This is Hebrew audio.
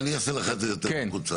אני אעשה לך את זה יותר מקוצר,